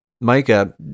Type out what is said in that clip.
micah